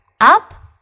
Up